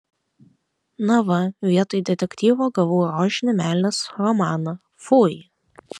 na va vietoj detektyvo gavau rožinį meilės romaną fui